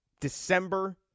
December